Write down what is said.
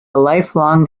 lifelong